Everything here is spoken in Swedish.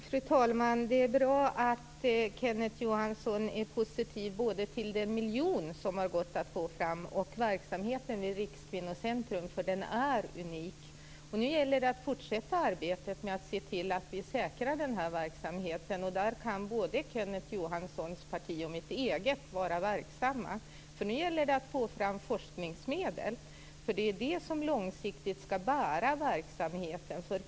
Fru talman! Det är bra att Kenneth Johansson är positiv både till den miljon som har gått att få fram och till verksamheten vid Rikskvinnocentrum, för den är unik. Nu gäller det att fortsätta arbetet med att se till att säkra denna verksamhet. I det arbetet kan både Kenneth Johansson och mitt eget parti vara verksamma. Nu gäller det att få fram forskningsmedel, för det är det som långsiktigt skall bära verksamheten.